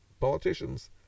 politicians